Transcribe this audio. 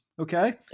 Okay